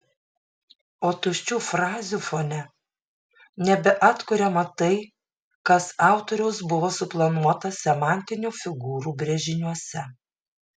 o tuščių frazių fone nebeatkuriama tai kas autoriaus buvo suplanuota semantinių figūrų brėžiniuose